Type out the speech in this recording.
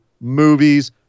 movies